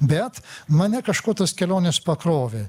bet mane kažkuo tos kelionės pakrovė